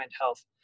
health